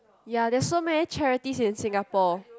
ya there's so many charity in Singapore